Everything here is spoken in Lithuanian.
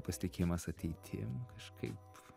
pasitikėjimas ateitim kažkaip